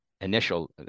initial